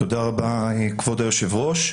תודה רבה כבוד היושב ראש.